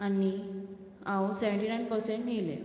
आनी हांव seventy nine percent येयलें